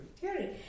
theory